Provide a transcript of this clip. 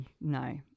No